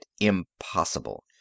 impossible